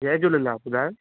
जय झूलेलाल ॿुधायो